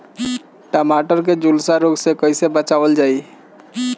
टमाटर को जुलसा रोग से कैसे बचाइल जाइ?